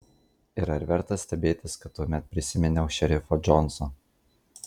ir ar verta stebėtis kad tuomet prisiminiau šerifą džonsą